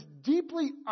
deeply